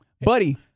Buddy